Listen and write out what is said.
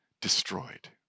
destroyed